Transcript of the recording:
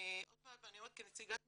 עוד פעם אני אומרת כנציגת מאוחדת,